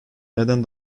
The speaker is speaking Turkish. neden